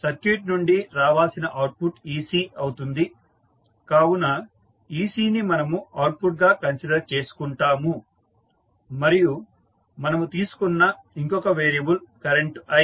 circuit నుండి రావాల్సిన output ec అవుతుంది కావున ec ని మనము అవుట్పుట్ గా కన్సిడర్ చేసుకుంటాము మరియు మనము తీసుకున్న ఇంకొక వేరియబుల్ కరెంటు i